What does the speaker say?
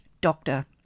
Doctor